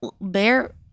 Bear